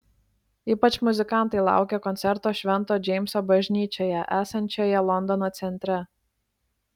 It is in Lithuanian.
ypač muzikantai laukia koncerto švento džeimso bažnyčioje esančioje londono centre